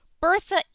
Bertha